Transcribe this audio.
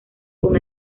con